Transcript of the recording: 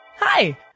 Hi